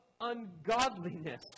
ungodliness